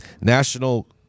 National